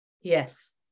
Yes